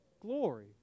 glory